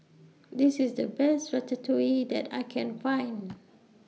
This IS The Best Ratatouille that I Can Find